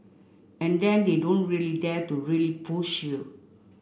and then they don't really dare to really push you